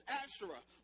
Asherah